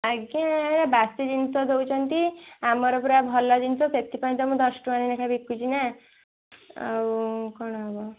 ଆଜ୍ଞା ଏ ବାସି ଜିନିଷ ଦଉଛନ୍ତି ଆମର ପୁରା ଭଲ ଜିନିଷ ସେଥିପାଇଁ ତ ମୁଁ ଦଶଟଙ୍କା ଲେଖା ବିକୁଛି ନା ଆଉ କ'ଣ ହବ